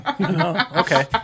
Okay